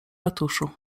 ratuszu